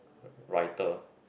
wr~ writer